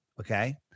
Okay